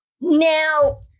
Now